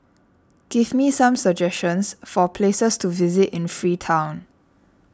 give me some suggestions for places to visit in Freetown